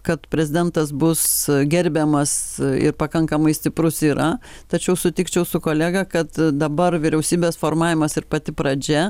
kad prezidentas bus gerbiamas ir pakankamai stiprus yra tačiau sutikčiau su kolega kad dabar vyriausybės formavimas ir pati pradžia